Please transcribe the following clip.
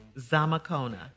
Zamakona